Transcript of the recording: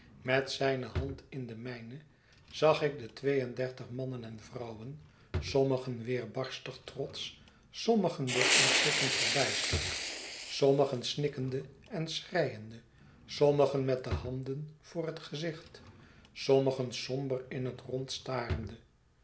met zijne hand in de mijne zag ik de twee en dertig mannen en vrouwen sommigen weerbarstig trotsch sommigen door ontzetting verbijsterd sommigen snikkende en schreiende sommigen met de handen voor het gezicht sommigen somber in het rond starende